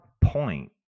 point